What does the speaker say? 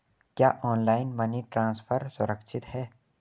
क्या online money transfer सुरक्षित है?